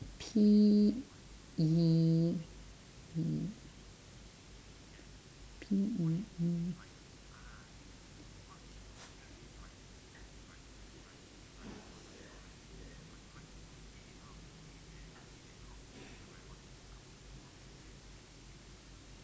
P E E P E E